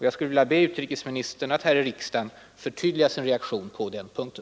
Jag skulle vilja be utrikesministern att här i riksdagen förtydliga sin reaktion på den punkten.